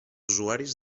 usuaris